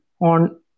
on